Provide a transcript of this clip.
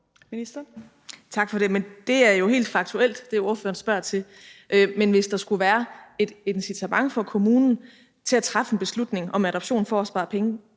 Krag): Tak for det. Men det, ordføreren spørger til, er jo helt faktuelt. Men hvis der skulle være et incitament for kommunen til at træffe en beslutning om adoption for at spare penge,